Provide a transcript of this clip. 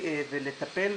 הכל מתנהל,